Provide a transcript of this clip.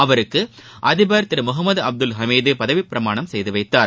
அவருக்கு அதிபர் திரு முகமது அப்துல் ஹமீது பதவிப்பிரமாணம் செய்து வைத்தார்